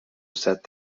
set